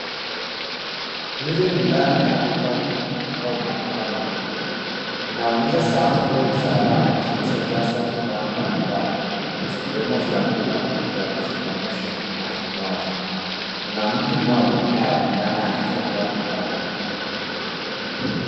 Hili ni ndani ya duka kubwa au maduka makubwa. Inaonyesha safu ndefu za rafu zilizojawa bidha mbalimbali, zikiwemo vyakula vilivyofunganishwa na vinywaji. Kuna mtu mmoja anayeonekana akichagua bidha.